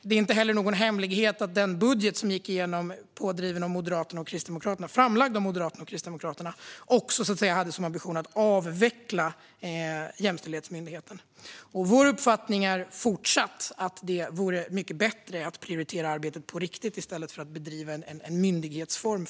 Det är inte heller någon hemlighet att den budget som gick igenom, som lagts fram av Moderaterna och Kristdemokraterna, också hade som ambition att avveckla Jämställdhetsmyndigheten. Vår uppfattning är fortfarande att det vore mycket bättre att prioritera arbetet på riktigt i stället för att bedriva detta i myndighetsform.